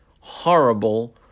horrible